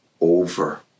over